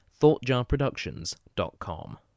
thoughtjarproductions.com